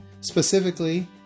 Specifically